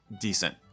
decent